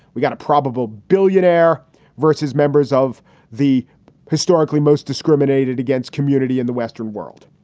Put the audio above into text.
we've got a probable billionaire versus members of the historically most discriminated against community in the western world.